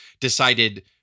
decided